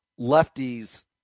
lefties